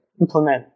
implement